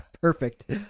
Perfect